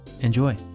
Enjoy